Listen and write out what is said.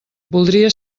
voldria